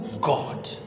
God